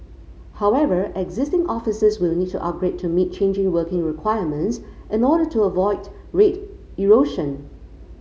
however existing offices will need to upgrade to meet changing working requirements in order to avoid rate erosion